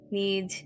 need